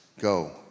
Go